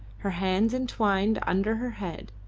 her hands entwined under her head,